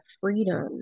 freedom